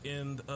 end